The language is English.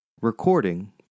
Recording